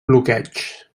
bloqueig